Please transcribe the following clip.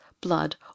blood